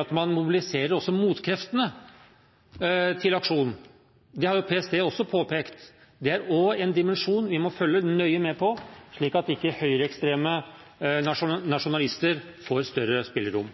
at man mobiliserer også motkreftene til aksjonen. Det har PST også påpekt. Det er en dimensjon vi må følge nøye med på, slik at ikke høyreekstreme nasjonalister får større spillerom.